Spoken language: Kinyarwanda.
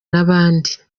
n’abandi